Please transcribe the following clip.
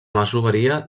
masoveria